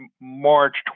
March